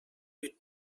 with